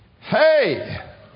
Hey